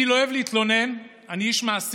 אני לא אוהב להתלונן, אני איש מעשים.